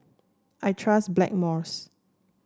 I trust Blackmores